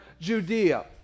Judea